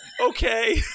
Okay